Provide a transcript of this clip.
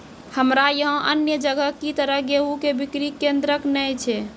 हमरा यहाँ अन्य जगह की तरह गेहूँ के बिक्री केन्द्रऽक नैय छैय?